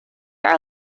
are